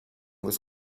was